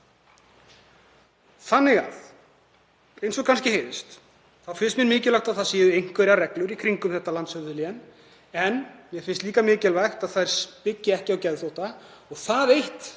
lénið. Eins og kannski heyrist þá finnst mér mikilvægt að það séu einhverjar reglur í kringum þetta landshöfuðlén. En mér finnst líka mikilvægt að þær byggi ekki á geðþótta og það eitt